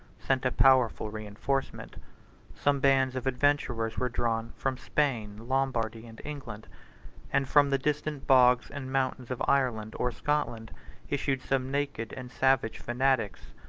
sent a powerful reenforcement some bands of adventurers were drawn from spain, lombardy, and england and from the distant bogs and mountains of ireland or scotland issued some naked and savage fanatics,